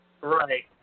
Right